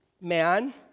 man